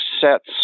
sets